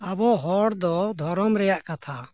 ᱟᱵᱚ ᱦᱚᱲ ᱫᱚ ᱫᱷᱚᱨᱚᱢ ᱨᱮᱱᱟᱜ ᱠᱟᱛᱷᱟ